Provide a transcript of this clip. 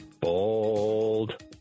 Bold